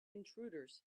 intruders